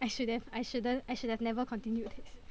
I should have I shouldn't I should have never continued this